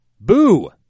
Boo